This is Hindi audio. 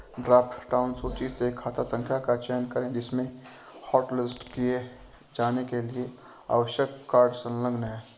ड्रॉप डाउन सूची से खाता संख्या का चयन करें जिसमें हॉटलिस्ट किए जाने के लिए आवश्यक कार्ड संलग्न है